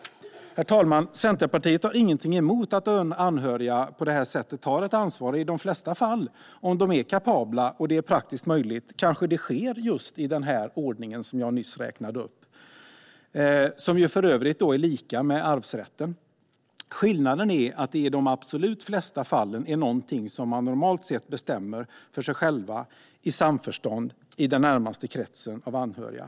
Herr talman! Centerpartiet har inget emot att anhöriga tar ansvar på det här sättet. I de flesta fall, om de är kapabla och det är praktiskt möjligt, kanske det sker i just den ordningen - som för övrigt är likadan som arvsrätten. Skillnaden är att det i de absolut flesta fallen är något man normalt sett bestämmer själv, i samförstånd bland den närmaste kretsen av anhöriga.